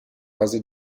fase